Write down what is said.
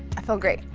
i feel great.